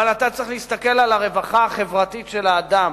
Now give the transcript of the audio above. אבל אתה צריך להסתכל על הרווחה החברתית של האדם,